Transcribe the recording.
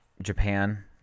Japan